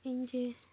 ᱤᱧ ᱡᱮ